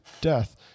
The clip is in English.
death